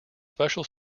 special